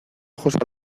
ojos